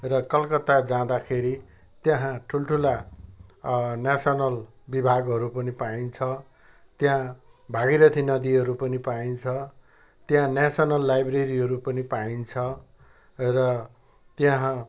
र कलकत्ता जाँदाखेरि त्यहाँ ठुला ठुला नेसनल विभागहरू पनि पाइन्छ त्यहाँ भगीरथी नदीहहरू पनि पाइन्छ त्यहाँ नेसनल लाइब्रेरीहरू पनि पाइन्छ र त्यहाँ